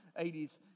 80s